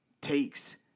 takes